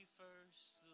first